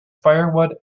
firewood